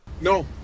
No